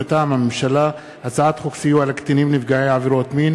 מטעם הממשלה: הצעת חוק סיוע לקטינים נפגעי עבירות מין